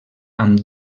amb